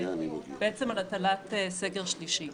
בעצם על הטלת סגר שלישי.